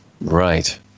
Right